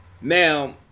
Now